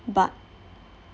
but